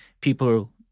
People